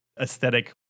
aesthetic